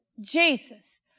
Jesus